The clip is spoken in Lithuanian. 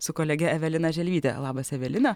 su kolege evelina želvyte labas evelina